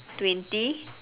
twenty